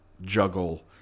juggle